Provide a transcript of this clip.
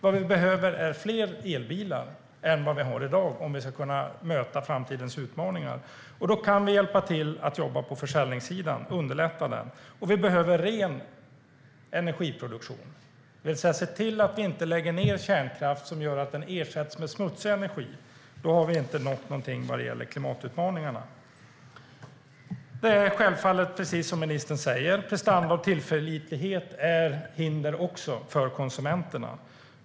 Vad vi behöver är fler elbilar än vad vi har i dag om vi ska kunna möta framtidens utmaningar. Då kan vi hjälpa till genom att underlätta på försäljningssidan. Vi behöver ren energiproduktion, det vill säga se till att inte lägga ned kärnkraft som ersätts av smutsig energi. Då har vi inte nått någonting vad gäller klimatutmaningarna. Det är självfallet precis som ministern säger att prestanda och tillförlitlighet också är hinder för konsumenterna.